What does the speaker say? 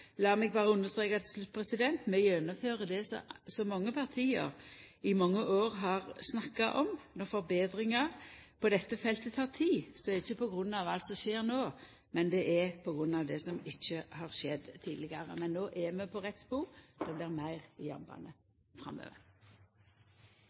mange år har snakka om. Når forbetringar på dette feltet tek tid, er det ikkje på grunn av alt som skjer no, men det er på grunn av det som ikkje har skjedd tidlegare. Men no er vi på rett spor – det blir meir